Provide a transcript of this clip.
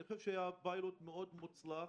אני חושב שהיה פילוט מאד מוצלח,